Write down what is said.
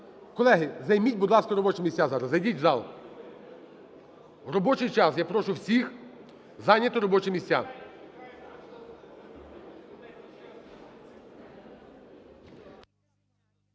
Колеги, займіть, будь ласка, робочі місця зараз, зайдіть в зал. В робочий час я прошу всіх зайняти робочі місця.